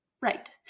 Right